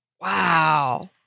Wow